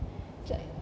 it's like